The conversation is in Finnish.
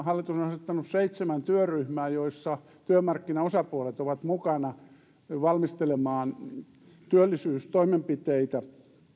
hallitus on asettanut seitsemän työryhmää joissa työmarkkinaosapuolet ovat mukana valmistelemaan työllisyystoimenpiteitä